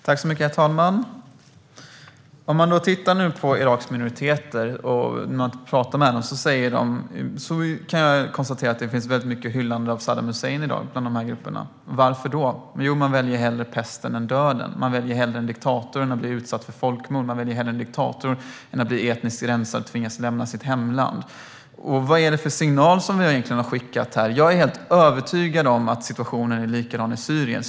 Herr talman! Pratar man med Iraks minoriteter förekommer mycket hyllande av Saddam Hussein. Varför då? Jo, man väljer hellre pesten än döden. Man väljer hellre en diktator än att bli utsatt för folkmord. Man väljer hellre en diktator än etnisk rensning och att tvingas lämna sitt hemland. Vad är det egentligen för signal vi har skickat? Jag är övertygad om att situationen är likadan i Syrien.